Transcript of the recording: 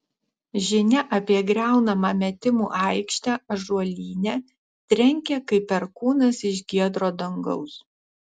žinia apie griaunamą metimų aikštę ąžuolyne trenkė kaip perkūnas iš giedro dangaus